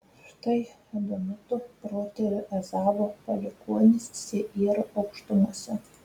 štai edomitų protėvio ezavo palikuonys seyro aukštumose